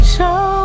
Show